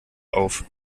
auf